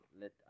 let